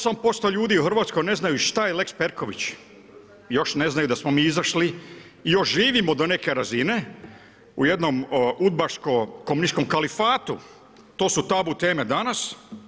8% ljudi u Hrvatskoj ne znaju šta je lex Perković, još ne znaju da smo mi izašli i još živimo do neke razine u jednom udbaško komunističkom kalifatu to su tabu teme danas.